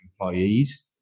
employees